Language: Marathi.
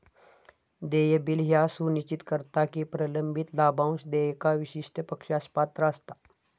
देय बिल ह्या सुनिश्चित करता की प्रलंबित लाभांश देयका विशिष्ट पक्षास पात्र असता